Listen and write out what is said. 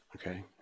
Okay